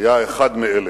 היה אחד מאלה.